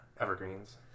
Evergreens